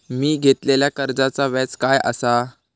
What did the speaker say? मी घेतलाल्या कर्जाचा व्याज काय आसा?